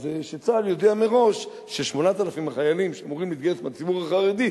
אז שצה"ל יודיע מראש ש-8,000 החיילים שאמורים להתגייס בציבור החרדי,